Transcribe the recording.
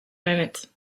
moments